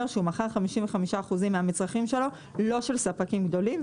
שהוא מכר 55% מהמצרים שלו לא של ספקים גדולים,